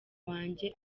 wanjye